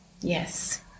Yes